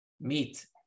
meat